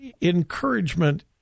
encouragement